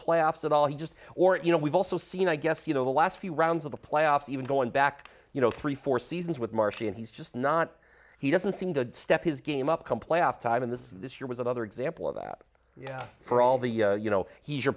playoffs at all he just or you know we've also seen i guess you know the last few rounds of the playoffs even going back you know three four seasons with marci and he's just not he doesn't seem to step his game up come playoff time and this is this year was another example of that yeah for all the you know he's your